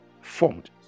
formed